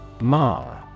Ma